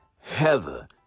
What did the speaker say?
Heather